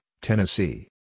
Tennessee